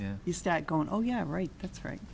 if you start going oh yeah right that's right